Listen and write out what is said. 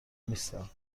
نیستند